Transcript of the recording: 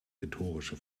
rhetorische